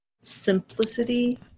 Simplicity